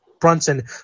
Brunson